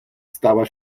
stała